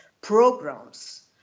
programs